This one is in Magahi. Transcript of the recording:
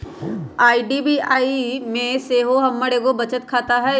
आई.डी.बी.आई में सेहो हमर एगो बचत खता हइ